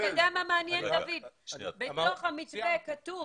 במתווה כתוב